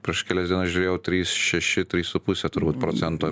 prieš kelias dienas žiūrėjau trys šeši trys su puse turbūt procento